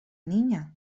niña